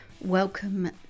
welcome